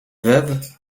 veuve